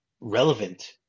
relevant